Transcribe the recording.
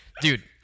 Dude